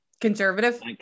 Conservative